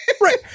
Right